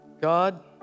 God